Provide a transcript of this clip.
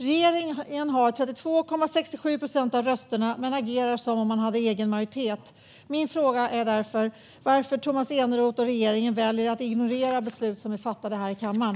Regeringen har 32,67 procent av rösterna men agerar som om man hade egen majoritet. Min fråga är därför varför Tomas Eneroth och regeringen väljer att ignorera beslut som är fattade här i kammaren.